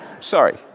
Sorry